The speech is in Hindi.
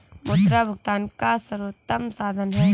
मुद्रा भुगतान का सर्वोत्तम साधन है